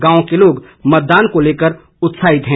गांव के लोग मतदान को लेकर उत्साहित हैं